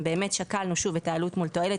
ששקלנו את העלות מול התועלת